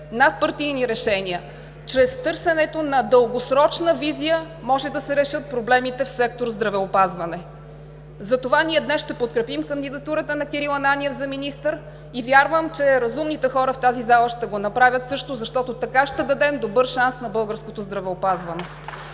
надпартийни решения, чрез търсенето на дългосрочна визия, могат да се решат проблемите в сектор „Здравеопазване“. Затова ние днес ще подкрепим кандидатурата на Кирил Ананиев за министър и вярвам, че разумните хора в тази зала също ще го направят, защото така ще дадем добър шанс на българското здравеопазване.